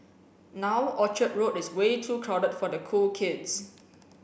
now Orchard Road is way too crowded for the cool kids